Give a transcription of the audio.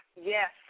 Yes